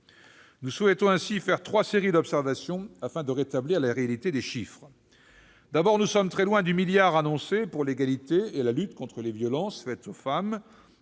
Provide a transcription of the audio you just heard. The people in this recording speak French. Nous souhaitons ainsi faire trois séries d'observations pour rétablir la réalité des chiffres. Tout d'abord, nous sommes très loin du milliard d'euros annoncé pour l'égalité et la lutte contre les violences faites aux femmes,